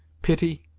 pity,